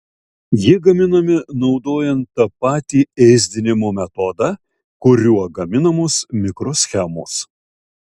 jie gaminami naudojant tą patį ėsdinimo metodą kuriuo gaminamos mikroschemos